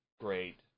great